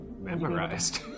Memorized